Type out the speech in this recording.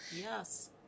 Yes